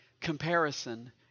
Comparison